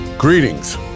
Greetings